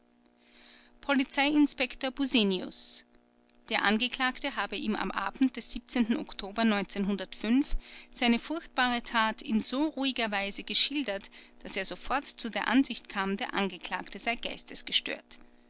polizei inspektor busseniuus der angeklagte habe ihm am abend des oktober seine furchtbare tat in so ruhiger weise geschildert daß er sofort zu der ansicht kam der angeklagte sei geistesgestört